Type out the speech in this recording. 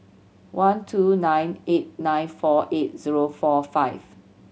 one two nine eight nine four eight zero four five